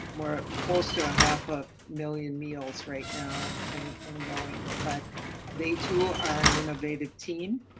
we're close to half a million meals right now and and going, but they too are an innovative team